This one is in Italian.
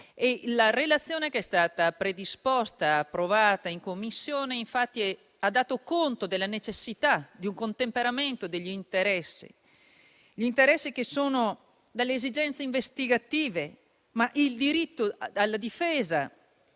La relazione che è stata predisposta e approvata in Commissione ha dato infatti conto della necessità di un contemperamento degli interessi; interessi che sono le esigenze investigative, ma anche il diritto alla difesa